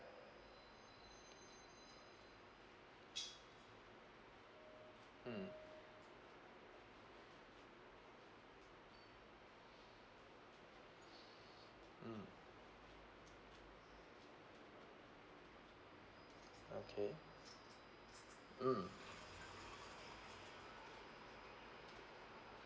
mm mm okay mm